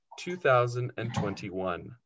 2021